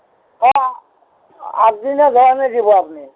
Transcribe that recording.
অঁ আগদিনা দিব আপুনি